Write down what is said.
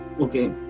okay